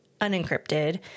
unencrypted